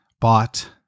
bought